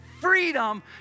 freedom